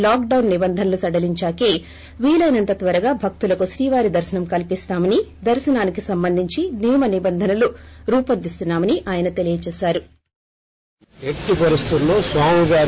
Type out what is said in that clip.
lockdown నిబంధనలు సడలించాకే వీలైనంత త్వరగా భక్తులకు శ్రీవారి దర్శనం కల్పిస్తామని దర్శనానికి సంబంధించి నియమ నిబంధనలు రూపొందిస్తామని ఆయన తెలియజేశారు